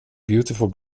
beautiful